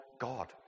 God